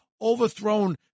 overthrown